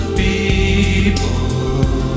people